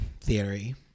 theory